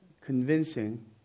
convincing